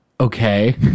okay